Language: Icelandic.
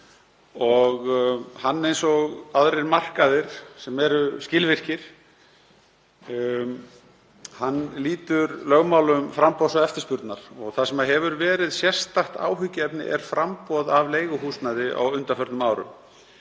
Hann, eins og aðrir markaðir sem eru skilvirkir, lýtur lögmálum framboðs og eftirspurnar og það sem verið hefur sérstakt áhyggjuefni er framboð af leiguhúsnæði á undanförnum árum.